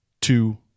two